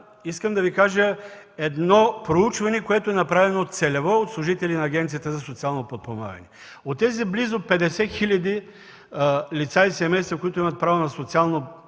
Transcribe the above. искам да Ви кажа за едно проучване, което е направено целево от служителите на Агенцията за социално подпомагане. От тези близо 50 хил. лица и семейства, които имат право на месечни